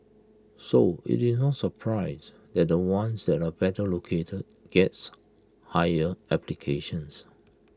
so IT is no surprise that the ones that are better located gets higher applications